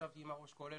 ישבתי עם ראש הכולל